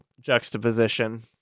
juxtaposition